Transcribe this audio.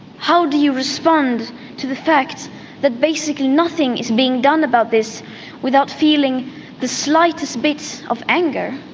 how do you respond to the fact that basically nothing is being done about this without feeling the slightest bit of anger?